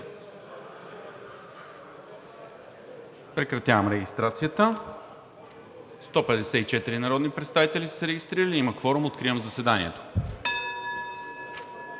моля за регистрация. 154 народни представители са се регистрирали – има кворум. Откривам заседанието.